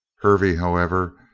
hervey, however,